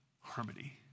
harmony